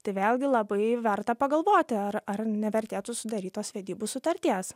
tai vėlgi labai verta pagalvoti ar ar nevertėtų sudaryt tos vedybų sutarties